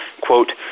quote